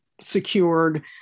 secured